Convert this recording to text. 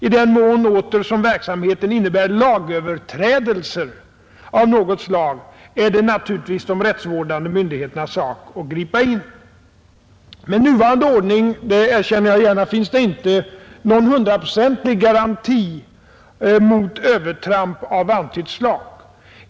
I den mån åter som verksamheten innebär lagöverträdelser av något slag är det naturligtvis de rättsvårdande myndigheternas sak att gripa in. Med nuvarande ordning — det erkänner jag gärna — finns det inte någon hundraprocentig garanti mot övertramp av antytt slag.